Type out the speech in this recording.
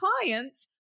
clients